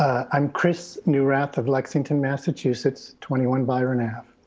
i'm chris neurath of lexington, massachusetts twenty one byron ave.